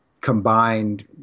combined